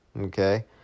okay